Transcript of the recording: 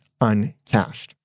uncached